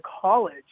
college